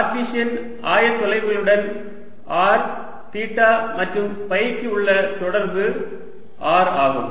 Cartesian ஆயத்தொலைவுகளுடன் r theta மற்றும் ஃபைக்கு உள்ள தொடர்பு r ஆகும்